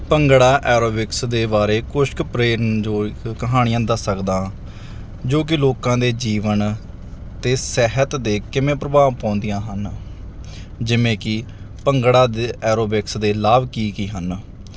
bhangra aerobics ਦੇ ਬਾਰੇ ਕੁਛ ਕੁ ਪ੍ਰੇਰਨਾ ਯੋਗਿਕ ਕਹਾਣੀਆਂ ਦੱਸ ਸਕਦਾ ਹਾਂ ਜੋ ਕਿ ਲੋਕਾਂ ਦੇ ਜੀਵਨ ਅਤੇ ਸਿਹਤ ਦੇ ਕਿਵੇਂ ਪ੍ਰਭਾਵ ਪਾਉਂਦੀਆਂ ਹਨ ਜਿਵੇਂ ਕਿ ਭੰਗੜਾ ਦੇ ਐਰੋਬਿਕਸ ਦੇ ਲਾਭ ਕੀ ਕੀ ਹਨ